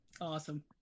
Awesome